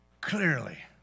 clearly